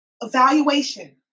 evaluation